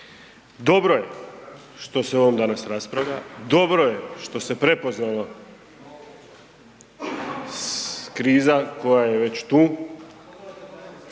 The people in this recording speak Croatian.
Dobro je što se o ovom danas raspravlja, dobro je što se prepoznala kriza koja je već tu.